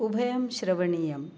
उभयं श्रवणीयम्